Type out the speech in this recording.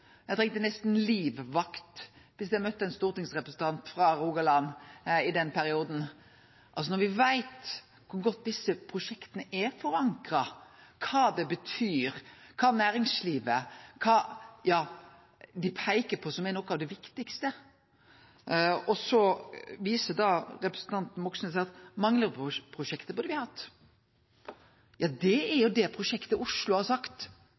Eg stoppa prosjektet Rogfast eit år. Eg trong nesten livvakt viss eg møtte ein stortingsrepresentant frå Rogaland i den perioden. Me veit kor godt desse prosjekta er forankra, kva dei betyr, at næringslivet peiker på dei som noko av det viktigaste, og så viser representanten Moxnes til at Manglerudprosjektet burde me hatt. Ja, det er jo det prosjektet Oslo har sagt